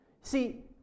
See